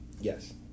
Yes